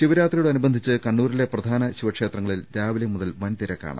ശിവരാത്രിയോടനു ബന്ധിച്ച് കണ്ണൂരില്ലെ പ്രധാന ശിവ ക്ഷേത്രങ്ങളിൽ രാവിലെ മുതൽ വൻ തിരക്കാണ്